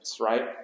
right